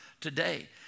today